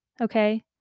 Okay